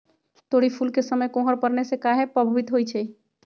तोरी फुल के समय कोहर पड़ने से काहे पभवित होई छई?